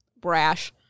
brash